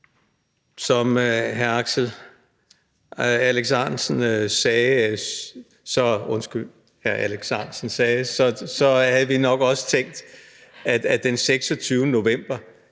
Som hr. Alex Ahrendtsen sagde, havde vi nok også tænkt, at den 26. november